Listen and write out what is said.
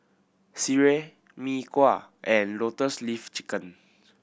sireh Mee Kuah and Lotus Leaf Chicken